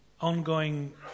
ongoing